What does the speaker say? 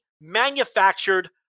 manufactured